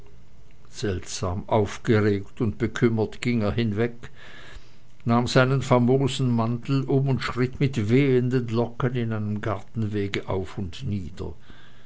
seltsam aufgeregt und bekümmert ging er hinweg nahm seinen famosen mantel um und schritt mit wehenden locken in einem gartenwege auf und nieder